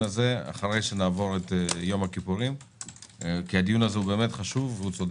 הזה אחרי שנעבור את יום הכיפורים כי זה דיון חשוב וצודק.